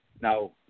Now